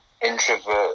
introvert